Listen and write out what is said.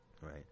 Right